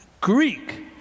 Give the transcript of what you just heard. Greek